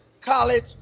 college